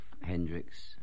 Hendrix